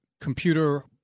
computer